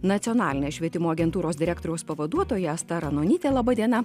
nacionalinės švietimo agentūros direktoriaus pavaduotoja asta ranonytė laba diena